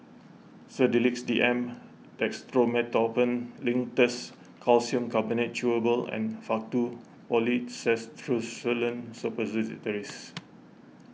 Sedilix D M Dextromethorphan Linctus Calcium Carbonate Chewable and Faktu Policresulen Suppositories